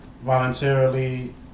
voluntarily